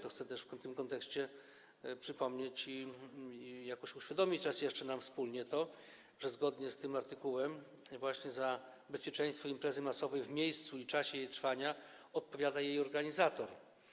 To chcę też w tym kontekście przypomnieć i uświadomić to nam raz jeszcze, że zgodnie z tym artykułem właśnie za bezpieczeństwo imprezy masowej w miejscu i czasie jej trwania odpowiada jej organizator.